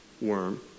worm